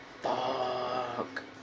Fuck